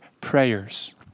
prayers